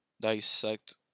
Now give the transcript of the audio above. dissect